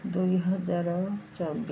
ଦୁଇ ହଜାର ଚବିଶ